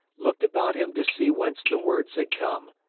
looked about him to see whence the words had come,